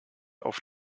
auf